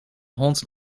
hond